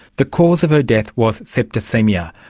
the cause of her death was septicaemia,